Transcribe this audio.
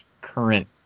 current